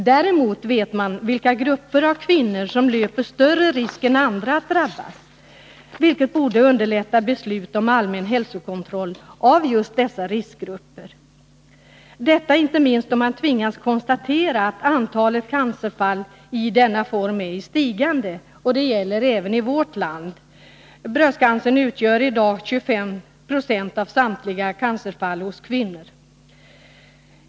Däremot vet man vilka grupper av kvinnor som löper större risk än andra att drabbas. Detta borde underlätta beslut om allmän hälsokontroll av just dessa riskgrupper, detta inte minst då man tvingas konstatera att antalet cancerfalli denna form är i stigande. Det gäller även i vårt land. Bröstcancern utgör i dag ca 25 90 av samtliga cancerfall hos kvinnor.